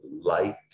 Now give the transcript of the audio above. light